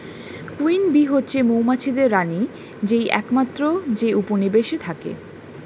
queen bee হচ্ছে মৌমাছিদের রানী যেই একমাত্র যে উপনিবেশে থাকে